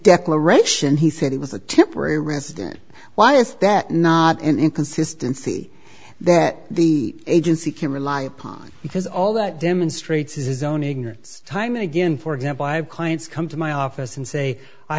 declaration he said it was a temporary resident why is that not an inconsistency that the agency can rely upon because all that demonstrates is his own ignorance time and again for example i have clients come to my office and say i